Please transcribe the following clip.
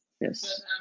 Yes